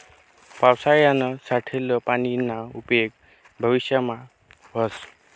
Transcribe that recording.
पावसायानं साठेल पानीना उपेग भविष्यमा व्हस